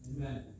Amen